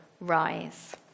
rise